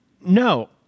No